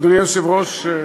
אדוני היושב-ראש,